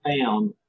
found